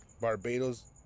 barbados